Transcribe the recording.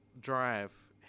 drive